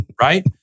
right